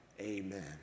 Amen